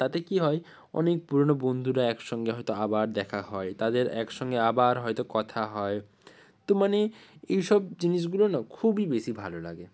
তাতে কী হয় অনেক পুরোনো বন্ধুরা একসঙ্গে হয়তো আবার দেখা হয় তাদের একসঙ্গে আবার হয়তো কথা হয় তো মানে এই সব জিনিসগুলো না খুবই বেশি ভালো লাগে